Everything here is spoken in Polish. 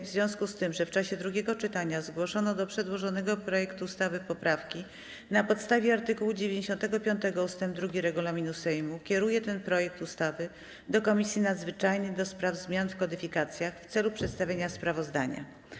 W związku z tym, że w czasie drugiego czytania zgłoszono do przedłożonego projektu ustawy poprawki, na podstawie art. 95 ust. 2 regulaminu Sejmu kieruję ten projekt ustawy do Komisji Nadzwyczajnej do spraw zmian w kodyfikacjach w celu przedstawienia sprawozdania.